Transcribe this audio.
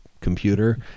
computer